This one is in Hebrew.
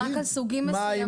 רק על סוגים מסוימים.